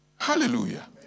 Hallelujah